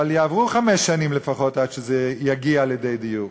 אבל יעברו חמש שנים לפחות עד שזה יגיע לידי דיור.